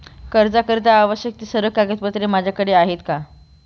कर्जाकरीता आवश्यक ति सर्व कागदपत्रे माझ्याकडे आहेत का?